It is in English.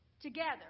together